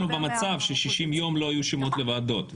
במצב ש-60 יום לא היו שמות לוועדות.